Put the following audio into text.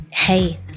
Hey